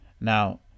Now